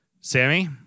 Sammy